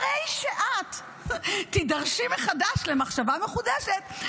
הרי שאת תידרשי מחדש למחשבה מחודשת,